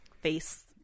face